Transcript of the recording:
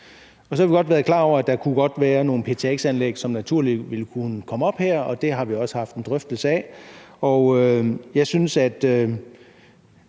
Så har vi været klar over, at der godt kunne være nogle ptx-anlæg, som naturligt ville kunne sættes op her, og det har vi også haft en drøftelse af, og jeg synes, at